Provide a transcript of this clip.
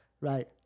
right